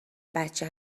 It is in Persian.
بچه